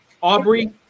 Aubrey